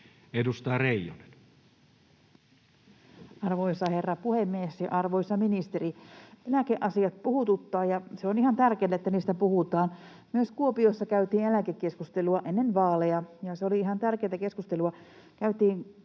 18:21 Content: Arvoisa herra puhemies ja arvoisa ministeri! Eläkeasiat puhututtavat, ja on ihan tärkeätä, että niistä puhutaan. Myös Kuopiossa käytiin eläkekeskustelua ennen vaaleja, ja se oli ihan tärkeätä keskustelua. Käytiin